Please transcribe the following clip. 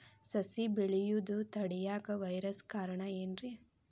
ಸಸಿ ಬೆಳೆಯುದ ತಡಿಯಾಕ ವೈರಸ್ ಕಾರಣ ಏನ್ರಿ?